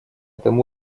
этом